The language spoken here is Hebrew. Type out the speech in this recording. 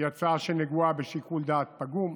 יצא שהיא נגועה בשיקול דעת פגום.